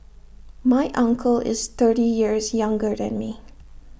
my uncle is thirty years younger than me